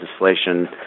legislation